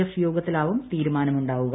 F യോഗത്തിലാവും തീരുമാനം ഉണ്ടാവുക